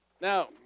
Now